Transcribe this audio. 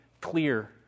clear